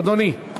אדוני.